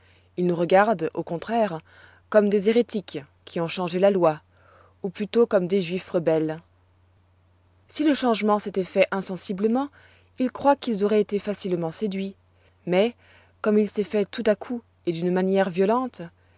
ils nous regardent au contraire comme des hérétiques qui ont changé la loi ou plutôt comme des juifs rebelles si le changement s'étoit fait insensiblement ils croient qu'ils auroient été facilement séduits mais comme il s'est fait tout à coup et d'une manière violente